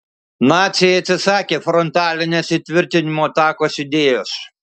naciai atsisakė frontalinės įtvirtinimų atakos idėjos